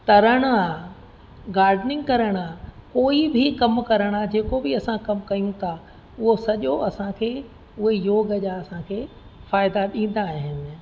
तरणु आहे गार्डिनिंग करणु आहे कोई बि कमु करणु आहे जेको बि असां कमु कयूं था हो सॼो असांखे उहो योग सां असांखे फ़ाइदा ॾींदा आहिनि